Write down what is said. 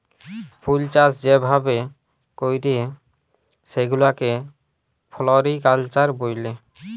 ফুলচাষ যে ভাবে ক্যরে সেগুলাকে ফ্লরিকালচার ব্যলে